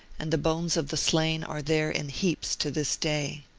and the bones of the slain are there in heaps to this day.